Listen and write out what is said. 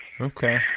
Okay